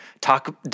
talk